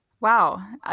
Wow